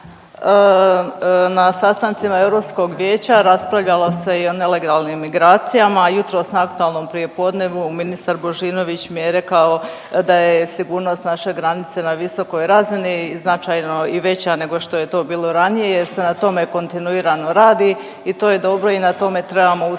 Na sastancima Europskog vijeća raspravljalo se i o nelegalnim migracijama, jutros na aktualnom prijepodnevu ministar Božinović mi je rekao da je sigurnost naše granice na visokoj razini značajno i veća nego što je to bilo ranije jer se na tome kontinuirano radi i to je dobro i na tome trebamo ustrajati